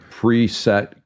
preset